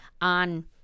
on